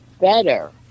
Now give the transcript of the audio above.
better